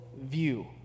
view